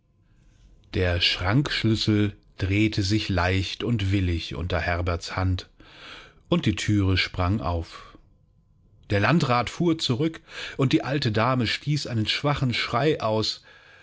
der schrankschlüssel drehte sich leicht und willig unter herberts hand und die thüre sprang auf der landrat fuhr zurück und die alte dame stieß einen schwachen schrei aus